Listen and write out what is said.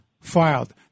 filed